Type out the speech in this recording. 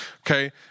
okay